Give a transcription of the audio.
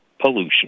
pollution